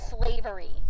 slavery